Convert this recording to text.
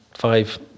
five